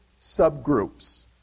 subgroups